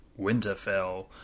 Winterfell